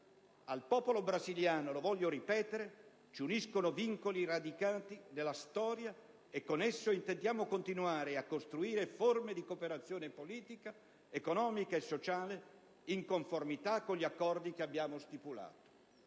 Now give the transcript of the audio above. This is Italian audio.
Al popolo brasiliano, lo voglio ripetere, ci uniscono vincoli radicati nella storia e con esso intendiamo continuare a costruire forme di cooperazione politica, economica e sociale in conformità con gli accordi che abbiamo stipulato.